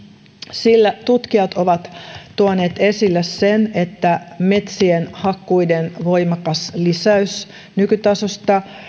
sillä tutkijat ovat tuoneet esille sen että metsien hakkuiden voimakas lisäys nykytasosta